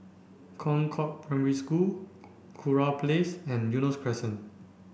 Concord Primary School Kurau Place and Eunos Crescent